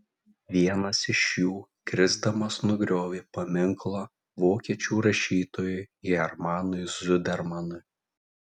vienas iš jų krisdamas nugriovė paminklą vokiečių rašytojui hermanui zudermanui